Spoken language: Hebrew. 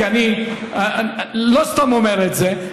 אני לא סתם אומר את זה,